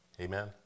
amen